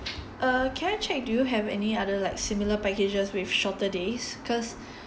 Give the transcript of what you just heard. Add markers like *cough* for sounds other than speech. uh can I check do you have any other like similar packages with shorter days cause *breath*